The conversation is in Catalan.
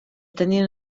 tenien